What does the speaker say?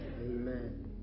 Amen